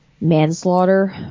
manslaughter